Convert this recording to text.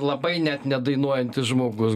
labai net ne dainuojantis žmogus